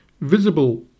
visible